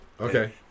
Okay